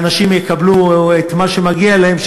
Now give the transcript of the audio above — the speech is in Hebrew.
ואנשים יקבלו את מה שמגיע להם,